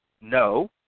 No